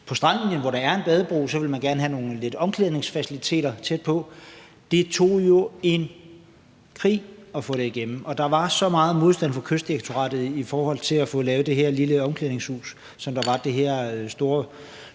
på stranden, hvor der er en badebro, og så ville man gerne have nogle omklædningsfaciliteter tæt på. Det tog jo en krig at få det igennem, og der var så meget modstand fra Kystdirektoratet i forhold til at få lavet det her lille omklædningshus, som der var denne store